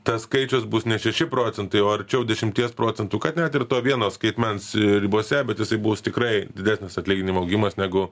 tas skaičius bus ne šeši procentai o arčiau dešimties procentų kad net ir to vieno skaitmens ribose bet jisai bus tikrai didesnis atlyginimų augimas negu